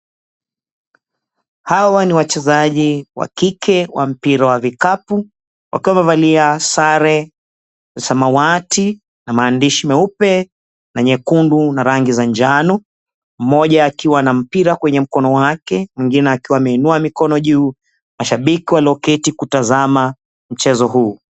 Hawa ni wachezaji wa kike wa mpira wa vikapu wakawa wamevalia sare za samawati na maandishi meupe na nyekundu, na rangi za njano. Mmoja akiwa na mpira kwenye mkono wake, mwingine akiwa ameinua mikono juu. Mashabiki walioketi kutazama mchezo huu.